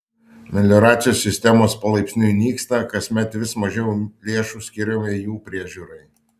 melioracijos sistemos palaipsniui nyksta kasmet vis mažiau lėšų skiriama jų priežiūrai